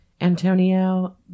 antonio